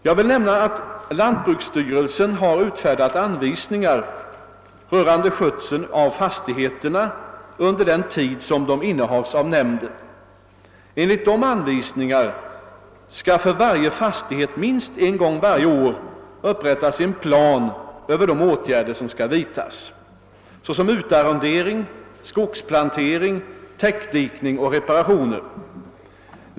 Jag vill nämna att lantbruksstyrelsen har utfärdat anvisningar rörande skötseln av fastigheterna under den tid som de innehas av nämnden. Enligt dessa anvisningar skall för varje fastighet minst en gång varje år upprättas en plan över de åtgärder som skall vidtas, såsom utarrendering, skogsplantering, täckdikning och reparationer.